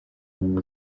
nyuma